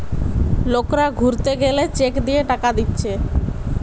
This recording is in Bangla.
লোকরা ঘুরতে গেলে চেক দিয়ে টাকা দিচ্ছে